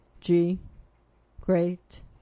G-great